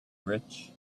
rich